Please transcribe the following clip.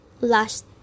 last